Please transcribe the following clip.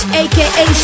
aka